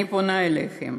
אני פונה אליכם